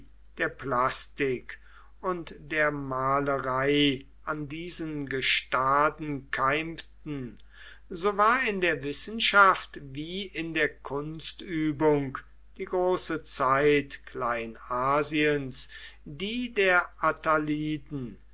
der plastik und der malerei an diesen gestaden keimten so war in der wissenschaft wie in der kunstübung die große zeit kleinasiens die der